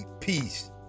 peace